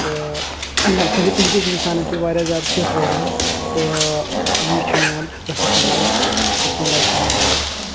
تہٕ فِزِکٔلی تہِ چھِ اِنسان اَمہِ سۭتۍ واریاہ زیادٕ فِٹ روزان تہٕ یی چھُ میون پروفیشنَل لایف پٔرسٕنَل لایفہِ ہُنٛد ٹریک